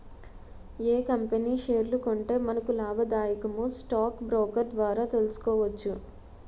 ఏ company షేర్లు కొంటే మనకు లాభాదాయకమో స్టాక్ బ్రోకర్ ద్వారా తెలుసుకోవచ్చు